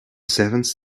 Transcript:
seventh